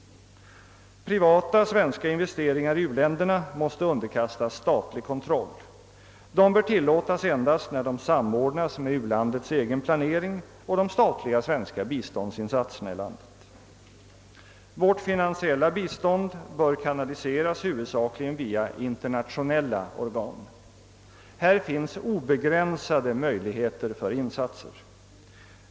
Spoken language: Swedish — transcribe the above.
Privata svenska investeringar i uländerna måste underkastas statlig kontroll. De bör tillåtas endast när de samordnas med u-landets egen planering och de statliga svenska biståndsinsatserna i landet. Vårt finansiella bistånd bör kanaliseras huvudsakligen via internationella organ. Här finns obegränsade möjligheter för insatser.